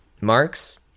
Marx